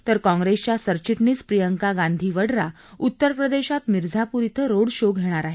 तर काँग्रेसच्या सरचिटणीस प्रियांका गांधी वडरा उत्तर प्रदेशात मिरझापूर इथं रोड शो घेणार आहेत